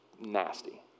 nasty